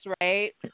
right